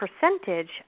percentage